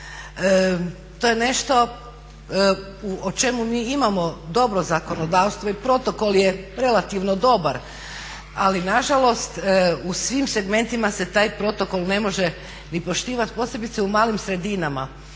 To je nešto o čemu mi imamo dobro zakonodavstvo i protokol je relativno dobar, ali na žalost u svim segmentima se taj protokol ne može ni poštivat posebice u malim sredinama